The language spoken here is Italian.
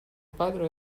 padre